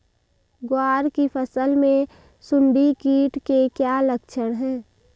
ग्वार की फसल में सुंडी कीट के क्या लक्षण है?